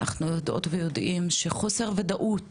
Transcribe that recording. אנחנו יודעות ויודעים שחוסר ודאות